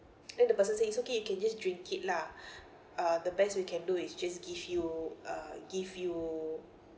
then the person say it's okay you can just drink it lah uh the best we can do is just give you uh give you